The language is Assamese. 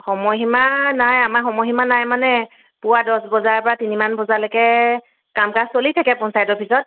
সময়সীমা নাই আমাৰ সময়সীমা নাই মানে পুৱা দহ বজাৰ পৰা তিনিমান বজালৈকে কাম কাজ চলি থাকে পঞ্চায়তৰ ভিতৰত